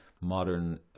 modern